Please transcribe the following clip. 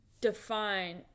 define